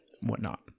whatnot